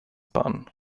bahn